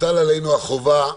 תוטל עלינו החובה